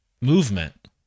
movement